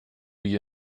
you